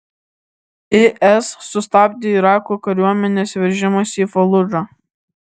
is sustabdė irako kariuomenės veržimąsi į faludžą